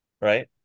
right